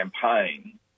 campaign